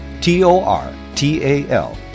T-O-R-T-A-L